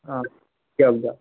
অঁ দিয়ক দিয়ক